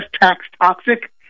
tax-toxic